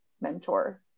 mentor